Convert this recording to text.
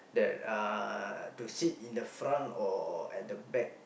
that uh to sit in the front or at the back